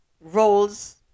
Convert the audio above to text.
roles